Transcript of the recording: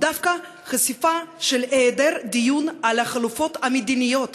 הוא דווקא החשיפה של היעדר דיון על החלופות המדיניות